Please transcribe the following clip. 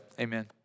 Amen